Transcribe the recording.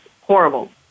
horrible